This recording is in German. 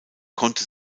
konnte